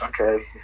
Okay